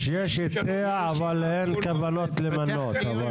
יש היצע, אבל אין כוונות למנות.